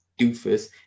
doofus